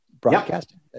broadcasting